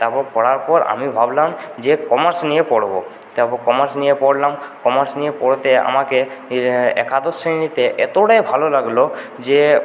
তারপর পড়ার পর আমি ভাবলাম যে কমার্স নিয়ে পড়বো তারপর কমার্স নিয়ে পড়লাম কমার্স নিয়ে পড়তে আমাকে একাদশ শ্রেণীতে এতোটাই ভালো লাগলো যে